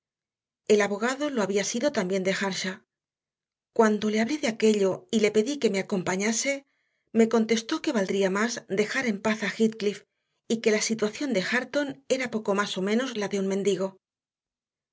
el abogado lo había sido también de earnshaw cuando le hablé de aquello y le pedí que me acompañase me contestó que valdría más dejar en paz a heathcliff y que la situación de hareton era poco más o menos la de un mendigo